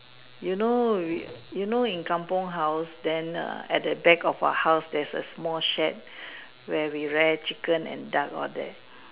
you know you know in kampung house then err at the back of our house there's a small shed where we rear chicken and duck all that